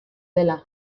dela